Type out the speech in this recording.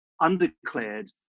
undeclared